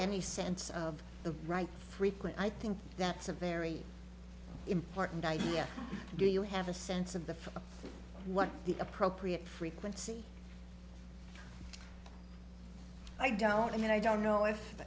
any sense of the right frequent i think that's a very important idea do you have a sense of the what the appropriate frequency i don't i mean i don't know if